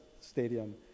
stadium